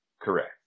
Correct